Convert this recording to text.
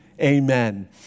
Amen